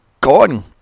gone